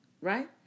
Right